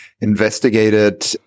investigated